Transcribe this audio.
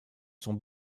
sont